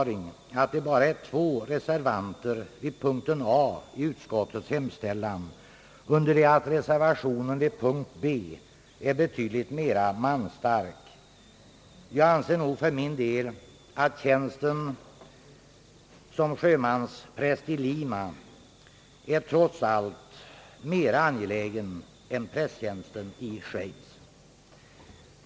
avlöningsbidrag till sjömanspräster det bara är två reservanter vid punkten A i utskottets hemställan, under det att reservationen vid punkten B är betydligt mera manstark. Tjänster som sjömanspräst i Lima är nog, trots allt, mera angelägen än prästtjänsten i Schweiz.